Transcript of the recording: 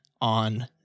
on